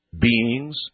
beings